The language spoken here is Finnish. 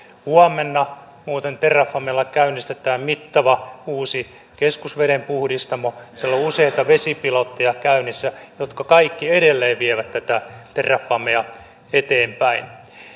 huomenna muuten terrafamella käynnistetään mittava uusi keskusvedenpuhdistamo ja siellä on useita vesipilotteja käynnissä jotka kaikki edelleen vievät tätä terrafamea eteenpäin